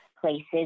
places